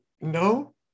no